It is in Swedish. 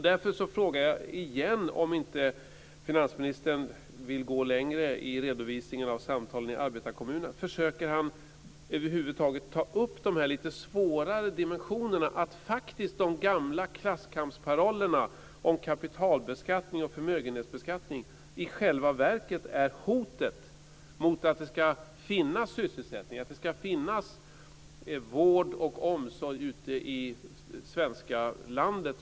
Därför frågar jag igen om inte finansministern vill gå längre i redovisningen av samtalen i arbetarekommunerna. Försöker han över huvud taget ta upp de lite svårare dimensionerna om att de gamla klasskampsparollerna om kapitalbeskattning och förmögenhetsbeskattning i själva verket är hotet mot att det ska finnas sysselsättning, att det ska finnas vård och omsorg runtom i landet?